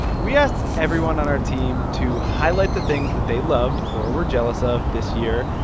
we asked everyone on our team to highlight the things that they loved or were jealous of this year,